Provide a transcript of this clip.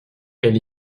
elle